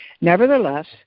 Nevertheless